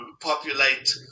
populate